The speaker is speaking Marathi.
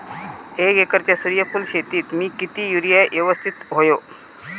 एक एकरच्या सूर्यफुल शेतीत मी किती युरिया यवस्तित व्हयो?